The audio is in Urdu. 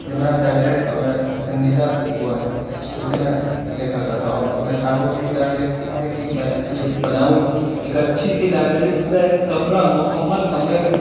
جو میرا فیوریٹ اور میرا پسندیدہ وہ ہے تو اسے میں دیکھا کرتا ہوں اور میرے خوابوں کی بھی لائبریری ہے کہ میں یہ بناؤں ایک اچھی سی لائبریری پورا ایک کمرہ مکمل کمرہ